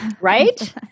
Right